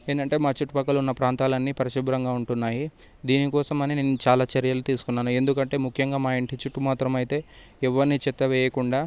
ఏంటంటే మా చుట్టుపక్కల ఉన్న ప్రాంతాలన్నీ పరిశుభ్రంగా ఉంటున్నాయి దీనికోసం అని నేను చాలా చర్యలు తీసుకున్నాను ఎందుకంటే ముఖ్యంగా మా ఇంటి చుట్టు మాత్రము చెత్త వేయకుండా